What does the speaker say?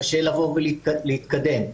קשה להתקדם.